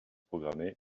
programmée